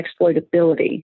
exploitability